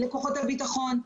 לכוחות הביטחון,